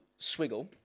swiggle